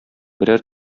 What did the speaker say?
берәр